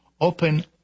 open